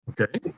Okay